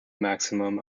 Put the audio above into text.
maximum